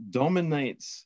dominates